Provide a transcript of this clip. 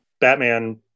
Batman